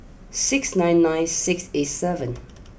six nine nine six eight seven